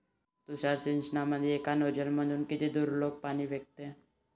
तुषार सिंचनमंदी एका नोजल मधून किती दुरलोक पाणी फेकते?